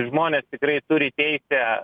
žmonės tikrai turi teisę